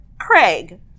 Craig